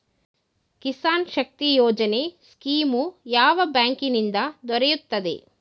ಕಿಸಾನ್ ಶಕ್ತಿ ಯೋಜನೆ ಸ್ಕೀಮು ಯಾವ ಬ್ಯಾಂಕಿನಿಂದ ದೊರೆಯುತ್ತದೆ?